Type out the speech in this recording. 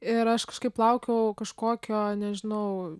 ir aš kažkaip laukiau kažkokio nežinau